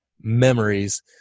memories